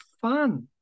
fun